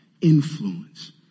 influence